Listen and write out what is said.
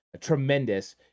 Tremendous